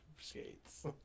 skates